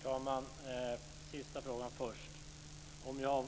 Herr talman! Jag tar den sista frågan först. Om jag